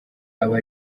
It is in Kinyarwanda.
aba